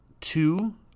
two